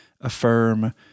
affirm